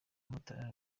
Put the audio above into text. mutara